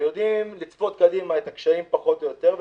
ויודעים לצפות קדימה את הקשים פחות או יותר,